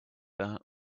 that